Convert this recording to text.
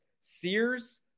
Sears